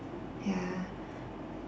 ya